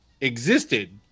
existed